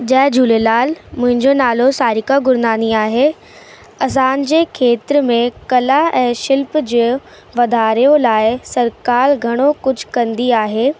जय झुलेलाल मुंहिंजो नालो सारीका गुरनानी आहे असांजे खेत्र में कला ऐं शिल्प जो वाधारे लाइ सरकारु घणो कुझु कंदी आहे